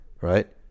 right